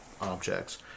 objects